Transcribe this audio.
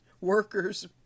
workers